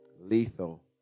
lethal